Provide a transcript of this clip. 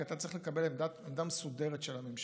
כי אתה צריך לקבל עמדה מסודרת של הממשלה